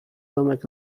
domek